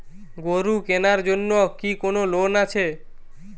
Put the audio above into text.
গরু কেনার জন্য কি কোন লোন আছে?